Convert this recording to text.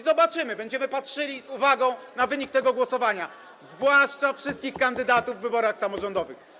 Zobaczymy, będziemy patrzyli z uwagą na wynik tego głosowania, zwłaszcza wszystkich kandydatów w wyborach samorządowych.